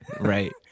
Right